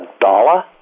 dollar